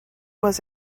was